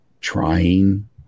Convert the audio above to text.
trying